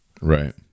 Right